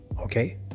Okay